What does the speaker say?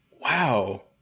Wow